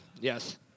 yes